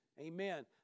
amen